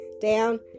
down